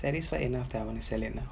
satisfied enough that I want to sell it now